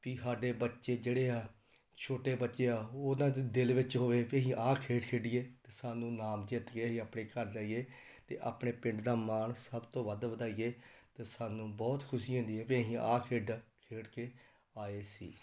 ਪੀ ਸਾਡੇ ਬੱਚੇ ਜਿਹੜੇ ਆ ਛੋਟੇ ਬੱਚੇ ਆ ਉਹਨਾਂ ਦੇ ਦਿਲ ਵਿੱਚ ਹੋਵੇ ਵੀ ਅਸੀਂ ਆਹ ਖੇਡ ਖੇਡੀਏ ਅਤੇ ਸਾਨੂੰ ਇਨਾਮ ਜਿੱਤ ਕੇ ਅਸੀਂ ਆਪਣੇ ਘਰ ਜਾਈਏ ਅਤੇ ਆਪਣੇ ਪਿੰਡ ਦਾ ਮਾਣ ਸਭ ਤੋਂ ਵੱਧ ਵਧਾਈਏ ਅਤੇ ਸਾਨੂੰ ਬਹੁਤ ਖੁਸ਼ੀ ਹੁੰਦੀ ਹੈ ਵੀ ਅਸੀਂ ਆਹ ਖੇਡਾਂ ਖੇਡ ਕੇ ਆਏ ਸੀ